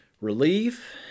relief